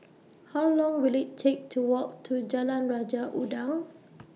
How Long Will IT Take to Walk to Jalan Raja Udang